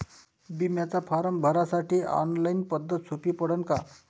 बिम्याचा फारम भरासाठी ऑनलाईन पद्धत सोपी पडन का?